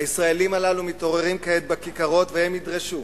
הישראלים הללו מתעוררים כעת בכיכרות והם ידרשו